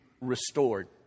restored